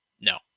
no